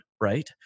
right